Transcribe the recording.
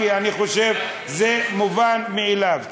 כי אני חושב שזה מובן מאליו.